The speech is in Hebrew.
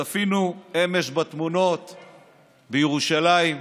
צפינו אמש בתמונות בירושלים.